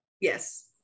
yes